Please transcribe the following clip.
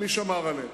ומי שמר עליהם.